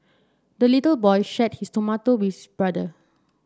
the little boy shared his tomato with his brother